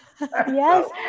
Yes